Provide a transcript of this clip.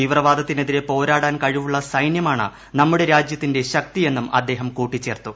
തീവ്രവാദത്തിനെതിരെ പോരാടാൻ കഴിവുള്ള സൈന്യമാണ് നമ്മുടെ രാജ്യത്തിന്റെ ശക്തിയെന്നും അദ്ദേഹം കൂട്ടിച്ചേർത്തു